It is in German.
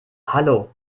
hallo